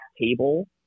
table